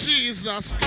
Jesus